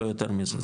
לא יותר מזה,